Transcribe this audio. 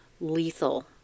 lethal